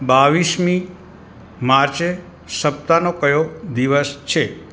બાવીસમી માર્ચે સપ્તાહનો કયો દિવસ છે